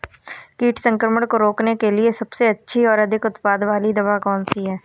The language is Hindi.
कीट संक्रमण को रोकने के लिए सबसे अच्छी और अधिक उत्पाद वाली दवा कौन सी है?